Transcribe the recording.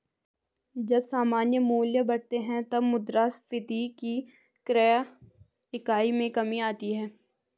जब सामान्य मूल्य बढ़ते हैं, तब मुद्रास्फीति की क्रय इकाई में कमी आती है